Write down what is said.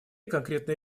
конкретные